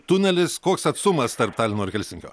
tunelis koks atstumas tarp talino ir helsinkio